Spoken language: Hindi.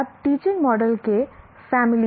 अब टीचिंग मॉडल के फैमिली हैं